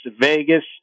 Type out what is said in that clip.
Vegas